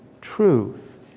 truth